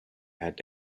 had